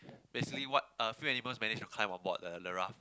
basically what a few animals managed to climb onboard the the raft